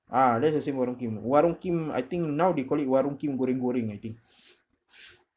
ah that's the same warong kim warong kim I think now they call it warong kim goreng goreng I think